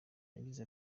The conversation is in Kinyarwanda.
yagize